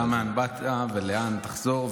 דע מאין באת ולאן תחזור,